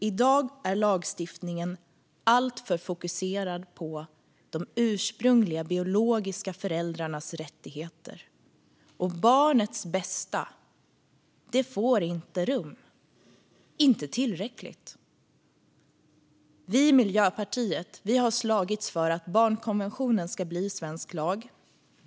I dag är lagstiftningen alltför fokuserad på de ursprungliga biologiska föräldrarnas rättigheter. Barnets bästa får inte tillräckligt rum. Vi i Miljöpartiet har slagits för att barnkonventionen ska bli svensk lag.